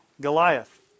Goliath